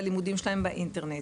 בלימודים שלהם באינטרנט.